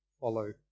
follow